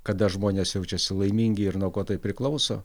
kada žmonės jaučiasi laimingi ir nuo ko tai priklauso